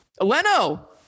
Leno